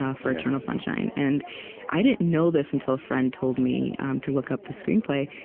ah for eternal sunshine. and i didn't know this until a friend told me to look up the screenplay,